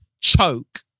Choke